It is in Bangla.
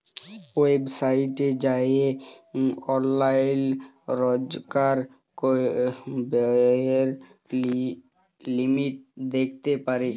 ওয়েবসাইটে যাঁয়ে অললাইল রজকার ব্যয়ের লিমিট দ্যাখতে পারি